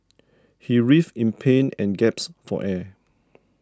he writhed in pain and gasped for air